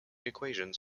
equations